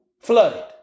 flooded